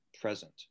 present